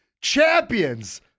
champions